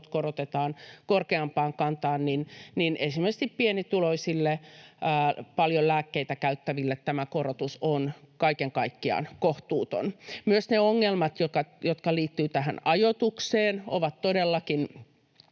korotetaan korkeampaan kantaan, niin erityisesti pienituloisille, paljon lääkkeitä käyttäville tämä korotus on kaiken kaikkiaan kohtuuton. Myös ne ongelmat, jotka liittyvät tähän ajoitukseen, ovat todellakin